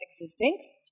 existing